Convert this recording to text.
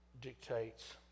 dictates